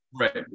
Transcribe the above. Right